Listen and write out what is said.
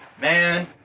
man